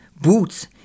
Boots